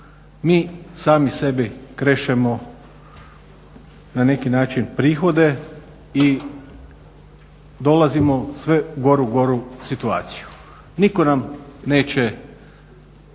Mi sami sebi krešemo na neki način prihode i dolazimo u sve goru i goru situaciju. Nitko nam neće